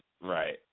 Right